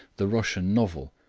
the russian novel,